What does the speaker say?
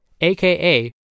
aka